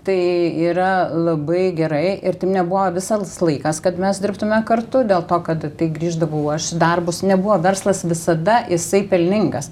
tai yra labai gerai ir taip nebuvo visas laikas kad mes dirbtume kartu dėl to kad tai grįždavau aš į darbus nebuvo verslas visada jisai pelningas